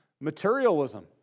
materialism